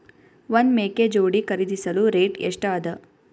ಒಂದ್ ಮೇಕೆ ಜೋಡಿ ಖರಿದಿಸಲು ರೇಟ್ ಎಷ್ಟ ಅದ?